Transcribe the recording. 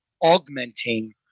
augmenting